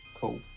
Cool